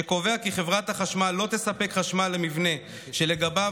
שקובע כי חברת החשמל לא תספק חשמל למבנה שלגביו